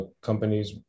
companies